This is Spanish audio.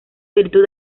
virtud